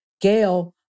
Gail